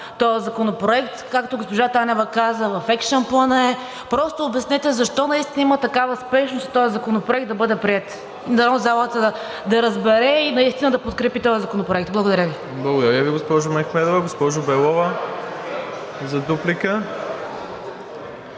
този законопроект, както госпожа Танева каза, в екшън плана е. Просто обяснете защо наистина има такава спешност този законопроект да бъде приет. Дано залата да разбере и наистина да подкрепи този законопроект. Благодаря Ви. ПРЕДСЕДАТЕЛ МИРОСЛАВ ИВАНОВ: Благодаря Ви, госпожо Мехмедова. Госпожо Белова, за дуплика.